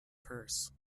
purse